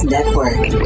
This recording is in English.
Network